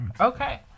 Okay